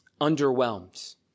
underwhelmed